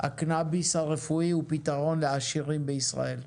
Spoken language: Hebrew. הקנביס הרפואי הוא פתרון לעשירים בישראל.